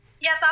Yes